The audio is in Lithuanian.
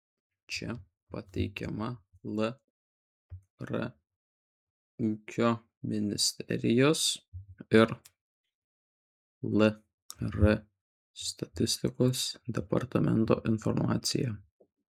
čia pateikiama lr ūkio ministerijos ir lr statistikos departamento informacija